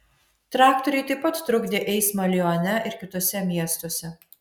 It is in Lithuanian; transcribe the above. traktoriai taip pat trukdė eismą lione ir kituose miestuose